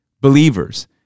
believers